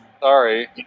Sorry